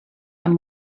amb